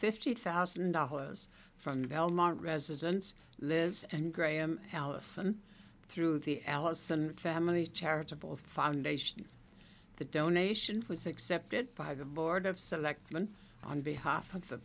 fifty thousand dollars from the belmont residence lives and graham allison through the allison family's charitable foundation the donation was accepted by the board of selectmen on behalf of the